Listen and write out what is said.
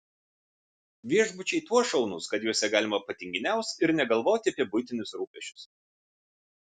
viešbučiai tuo šaunūs kad juose galima patinginiaus ir negalvoti apie buitinius rūpesčius